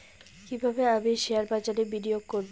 কিভাবে আমি শেয়ারবাজারে বিনিয়োগ করবে?